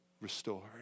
restored